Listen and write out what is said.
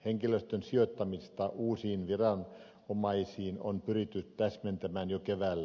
henkilöstön sijoittamista uusiin viranomaisiin on pyritty täsmentämään jo keväällä